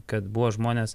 kad buvo žmonės